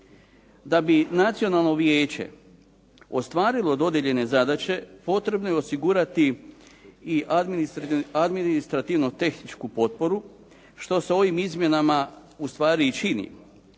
Da bi Nacionalno vijeće ostvarilo dodijeljene zadaće, potrebno je osigurati i administrativno-tehničku potporu što se ovim izmjenama ustvari i čini,